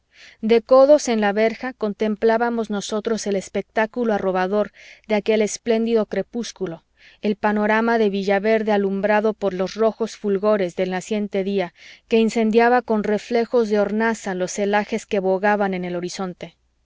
de codos en la verja contemplábamos nosotros el espectáculo arrobador de aquel espléndido crepúsculo el panorama de villaverde alumbrado por los rojos fulgores del naciente día que incendiaba con reflejos de hornaza los celajes que bogaban en el horizonte